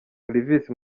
olivis